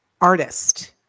artist